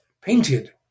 painted